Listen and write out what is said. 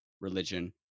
religion